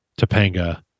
Topanga